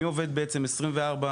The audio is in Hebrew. מי עובד בעצם 24/7,